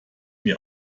mir